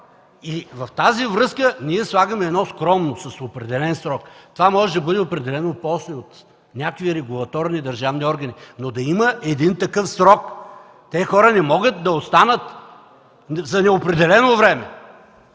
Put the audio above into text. В тази връзка ние слагаме едно скромно: с определен срок. Това може да бъде определено после от някакви регулаторни държавни органи, но да има такъв срок. Тези хора не могат да останат за неопределено време.